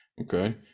Okay